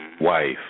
Wife